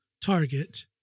Target